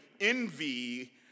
envy